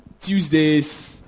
Tuesdays